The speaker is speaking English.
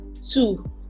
two